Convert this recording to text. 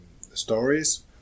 stories